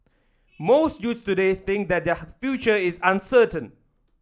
most youths today think that their future is uncertain